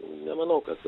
nemanau kad